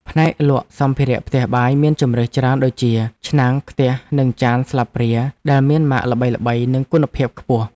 ផ្នែកលក់សម្ភារៈផ្ទះបាយមានជម្រើសច្រើនដូចជាឆ្នាំងខ្ទះនិងចានស្លាបព្រាដែលមានម៉ាកល្បីៗនិងគុណភាពខ្ពស់។